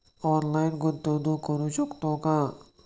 Online गुंतवणूक करू शकतो का?